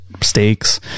steaks